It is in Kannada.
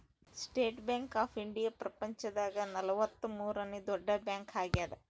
ಸ್ಟೇಟ್ ಬ್ಯಾಂಕ್ ಆಫ್ ಇಂಡಿಯಾ ಪ್ರಪಂಚ ದಾಗ ನಲವತ್ತ ಮೂರನೆ ದೊಡ್ಡ ಬ್ಯಾಂಕ್ ಆಗ್ಯಾದ